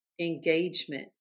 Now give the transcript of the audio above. engagement